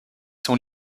son